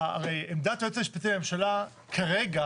הרי